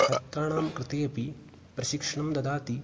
छात्राणां कृते अपि प्रशिक्षणं ददाति